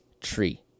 tree